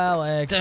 Alex